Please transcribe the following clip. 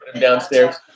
downstairs